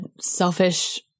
selfish